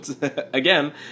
Again